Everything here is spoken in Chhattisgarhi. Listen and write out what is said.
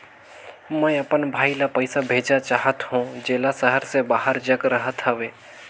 मैं अपन भाई ल पइसा भेजा चाहत हों, जेला शहर से बाहर जग रहत हवे